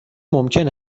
ممکن